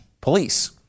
police